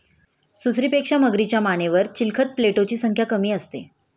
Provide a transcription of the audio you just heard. सुसरीपेक्षा मगरीच्या मानेवर चिलखत प्लेटोची संख्या कमी असते